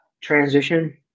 transition